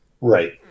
Right